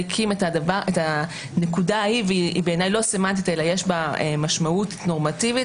בעיניי זה צבא כיבוש.